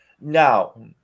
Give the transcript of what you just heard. now